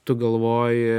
tu galvoji